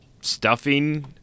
Stuffing